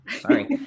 sorry